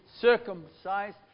circumcised